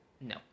no